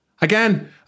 Again